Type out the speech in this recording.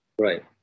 Right